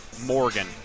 Morgan